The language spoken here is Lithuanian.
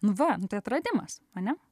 nu va nu tai atradimas ane